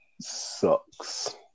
sucks